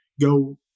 go